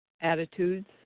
attitudes